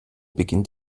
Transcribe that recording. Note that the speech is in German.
beginnt